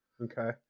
Okay